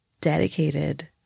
dedicated